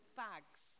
bags